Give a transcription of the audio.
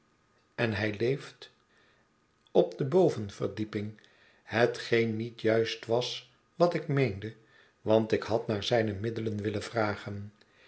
en hij leeft op de bovenverdieping hetgeen niet juist was wat ik meende want ik had naar zijne middelen willen vragen